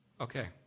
okay